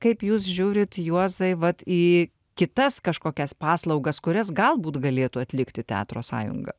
kaip jūs žiūrit juozai vat į kitas kažkokias paslaugas kurias galbūt galėtų atlikti teatro sąjunga